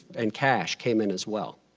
and cash came in as well.